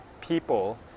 people